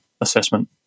assessment